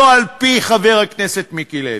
לא על-פי חבר הכנסת מיקי לוי.